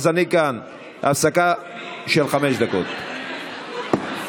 אז הפסקה של חמש דקות.